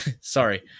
Sorry